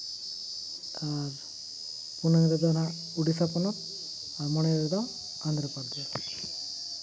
ᱟᱨ ᱯᱩᱱᱟᱹᱜ ᱨᱮᱫᱚ ᱦᱟᱜ ᱳᱰᱤᱥᱟ ᱯᱚᱱᱚᱛ ᱟᱨ ᱢᱚᱬᱮ ᱨᱮᱫᱚ ᱚᱱᱫᱷᱨᱚᱯᱚᱨᱫᱮᱥ